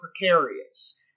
precarious